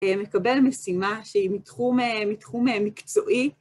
מקבל משימה שהיא מתחום, מתחום מקצועי.